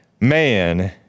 Man